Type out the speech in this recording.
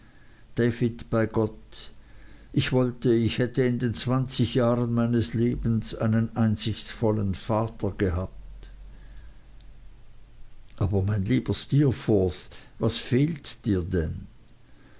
bei gott ich wollte ich hätte in den zwanzig jahren meines lebens einen einsichtsvollen vater gehabt aber mein lieber steerforth was fehlt dir denn